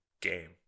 game